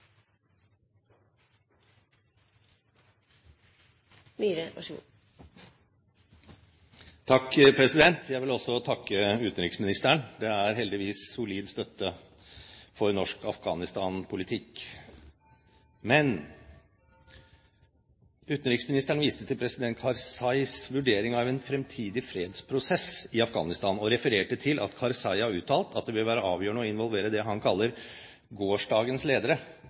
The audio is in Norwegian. heldigvis solid støtte for norsk Afghanistan-politikk. Men utenriksministeren viste til president Karzais vurdering av en fremtidig fredsprosess i Afghanistan, og refererte til at Karzai har uttalt at det vil være avgjørende å involvere det han kaller «gårsdagens ledere»,